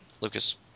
lucas